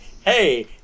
hey